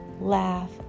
laugh